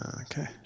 Okay